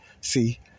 See